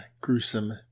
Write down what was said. gruesome